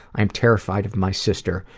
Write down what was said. i'm terrified of my sister,